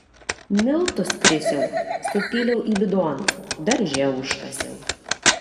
miltus krisiau supyliau į bidonus darže užkasiau